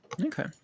Okay